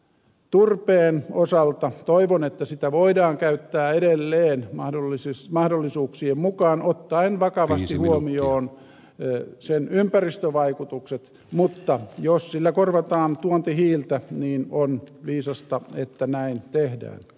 turpeen osalta toivon että sitä voidaan käyttää edelleen mahdollisuuksien mukaan ottaen vakavasti huomioon sen ympäristövaikutukset mutta jos sillä korvataan tuontihiiltä niin on viisasta että näin tehdään